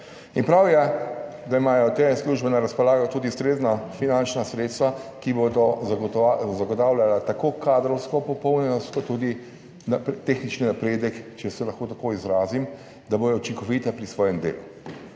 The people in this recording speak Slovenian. in prav je, da imajo te službe na razpolago tudi ustrezna finančna sredstva, ki bodo zagotavljala tako kadrovsko popolnjenost kot tudi tehnični napredek, če se lahko tako izrazim, da bodo učinkovita pri svojem delu.